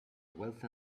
wealth